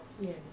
Yes